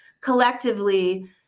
collectively